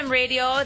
radio